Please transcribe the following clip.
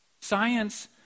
Science